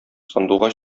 сандугач